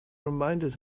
reminded